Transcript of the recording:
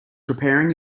preparing